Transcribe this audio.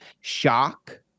Shock